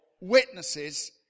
witnesses